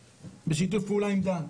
בשיתוף פעולה עם דן,